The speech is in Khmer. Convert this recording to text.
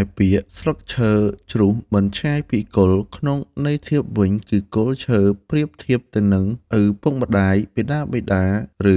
ឯពាក្យ ស្លឹកឈើជ្រុះមិនឆ្ងាយពីគល់ ក្នុងន័យធៀបវិញ គឺគល់ឈើប្រៀបធៀបទៅនិងឱពុកម្ដាយ មាតាបិតា